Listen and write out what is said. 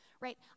right